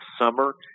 summer